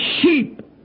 sheep